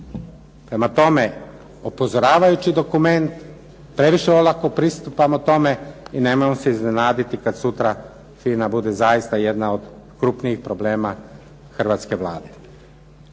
Prema tome, upozoravajući dokument, previše olako pristupamo tome i nemojte se iznenaditi kada sutra FINA bude zaista jedna od krupnijih problema Hrvatske vlade.